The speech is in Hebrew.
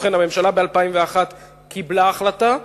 ובכן, ב-2001 הממשלה קיבלה החלטה,